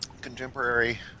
contemporary